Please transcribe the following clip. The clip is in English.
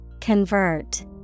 Convert